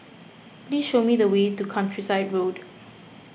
please show me the way to Countryside Road